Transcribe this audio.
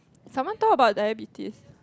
someone told about diabetes